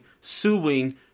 suing